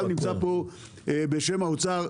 גל נמצא פה בשם האוצר.